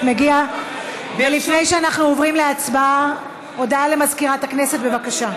בבקשה.